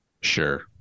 Sure